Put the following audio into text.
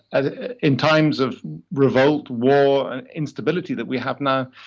ah in times of revolt, war and instability that we have now,